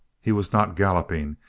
he was not galloping.